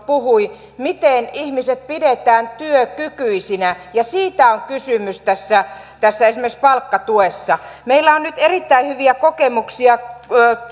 puhui miten ihmiset pidetään työkykyisinä siitä on kysymys esimerkiksi tässä palkkatuessa meillä on nyt erittäin hyviä kokemuksia